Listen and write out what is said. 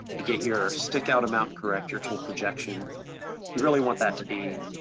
you get your stick out amount correct, your tool projection you really want that to be